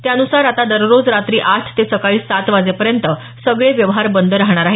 यानुसार आता दररोज रात्री आठ ते सकाळी सात वाजेपर्यंत सगळे व्यवहार बंद राहणार आहेत